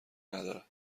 ندارد